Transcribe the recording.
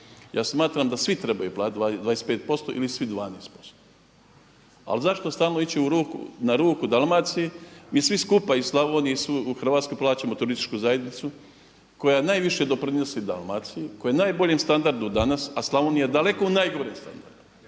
Ja smatram da svi trebaju platiti 25% ili svi 12%. Ali zašto stalno ići na ruku Dalmaciji? Mi svi skupa i Slavonija, i svi u Hrvatskoj plaćamo turističku zajednicu koja najviše doprinosi Dalmaciji, koja najboljem standardu danas a Slavonija je daleko u najgorem standardu,